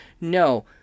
No